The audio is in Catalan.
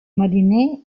mariner